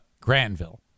Granville